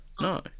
No